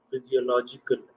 physiological